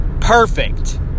perfect